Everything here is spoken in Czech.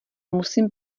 musím